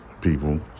people